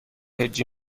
هجی